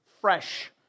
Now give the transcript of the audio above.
fresh